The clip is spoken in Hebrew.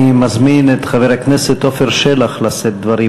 אני מזמין את חבר הכנסת עפר שלח לשאת דברים.